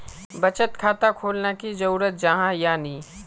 बचत खाता खोलना की जरूरी जाहा या नी?